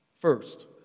First